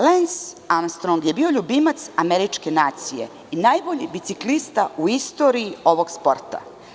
Lens Amstrong je bio ljubimac američke nacije i najbolji biciklista u istoriji ovog sporta.